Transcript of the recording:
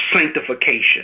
sanctification